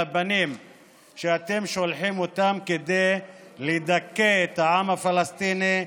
לבנים שאתם שולחים כדי לדכא את העם הפלסטיני,